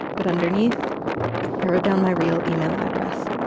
but underneath i wrote down my real email address